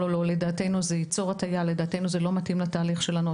ולדעתנו זה ייצור הטיה וזה לא מתאים לתהליך שלנו,